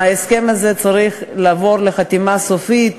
ההסכם הזה צריך לעבור לחתימה סופית